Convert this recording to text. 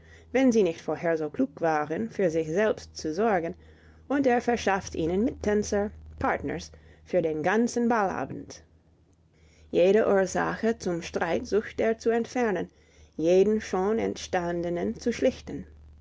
wenn sie nicht vorher so klug waren für sich selbst zu sorgen und er verschafft ihnen mittänzer partners für den ganzen ballabend jede ursache zum streit sucht er zu entfernen jeden schon entstandenen zu schlichten